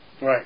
Right